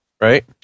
Right